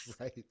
Right